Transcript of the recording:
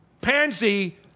Pansy